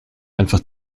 einfach